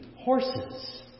horses